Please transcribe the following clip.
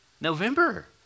November